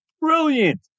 Brilliant